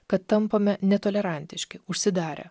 kad tampame netolerantiški užsidarę